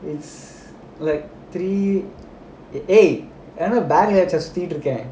it's like three eh dey நான் என்ன:naan enna bag leh வச்சா சுத்திட்டு இருக்கேன்:vachaa suthittu irukkaen